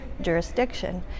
jurisdiction